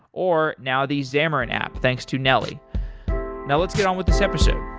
or now the xamarin app thanks to nelly now let's get on with this episode